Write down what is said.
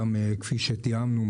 גם כפי שתיאמנו,